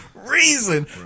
Reason